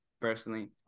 Personally